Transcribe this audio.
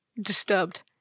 Disturbed